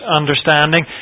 understanding